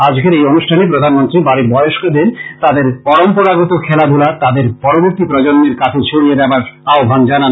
আজকের এই অনুষ্ঠানে প্রধানমন্ত্রী বাড়ির বয়স্কদের তাদের পরম্পরাগত খেলাধূলা তাদের পরবর্তী প্রজন্মের কাছে ছড়িয়ে দেবার আহ্বান জানান